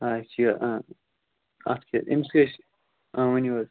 اچھ یہِ اَتھ کیٛاہ أمِس کیٛاہ اۭں وٕنِو حظ